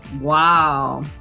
wow